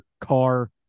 car